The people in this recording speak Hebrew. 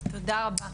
תודה רבה.